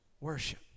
worship